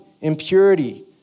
impurity